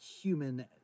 human